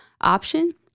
option